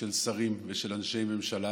כשרים וכאנשי ממשלה